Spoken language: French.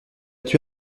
tué